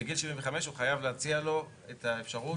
בגיל 75 הוא חייב להציע לו את האפשרות